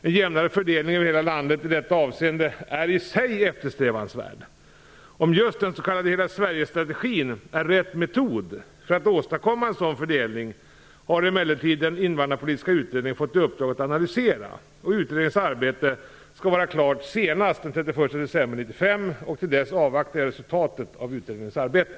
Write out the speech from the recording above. En jämnare fördelning över hela landet i detta avseende är i sig eftersträvansvärd. Om just den s.k. Hela Sverige-strategin är rätt metod för att åstadkomma en sådan fördelning har emellertid den Invandrarpolitiska utredningen fått i uppdrag att analysera. Utredningens arbete skall vara klart senast den 31 december 1995 och till dess avvaktar jag resultatet av utredningens arbete.